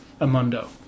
Amundo